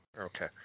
Okay